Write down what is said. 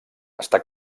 està